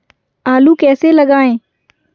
आलू कैसे लगाएँ?